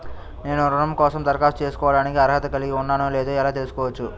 నేను రుణం కోసం దరఖాస్తు చేసుకోవడానికి అర్హత కలిగి ఉన్నానో లేదో ఎలా తెలుసుకోవచ్చు?